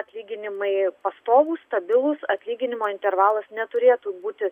atlyginimai pastovūs stabilūs atlyginimo intervalas neturėtų būti